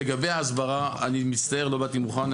לגבי ההסברה, אני מצטער, לא באתי מוכן.